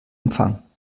empfang